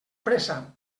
pressa